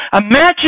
Imagine